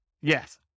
Yes